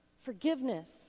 forgiveness